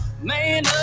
Man